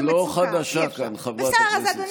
את לא חדשה כאן, חברת הכנסת סטרוק.